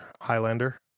highlander